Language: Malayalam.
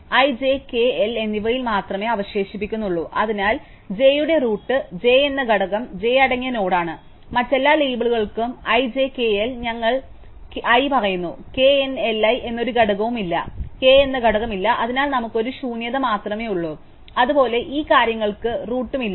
i j k l എന്നിവയിൽ മാത്രമേ അവശേഷിക്കുന്നുള്ളൂ അതിനാൽ j യുടെ റൂട്ട് j എന്ന ഘടകം j അടങ്ങിയ നോഡാണ് മറ്റ് എല്ലാ ലേബലുകൾക്കും i j k l ഞങ്ങൾ ഞാൻ പറയുന്നു k n l i എന്നൊരു ഘടകവുമില്ല k എന്ന ഘടകമില്ല അതിനാൽ നമുക്ക് ഒരു ശൂന്യത മാത്രമേയുള്ളൂ അതേപോലെ ഈ കാര്യങ്ങൾക്ക് റൂട്ടും ഇല്ലാ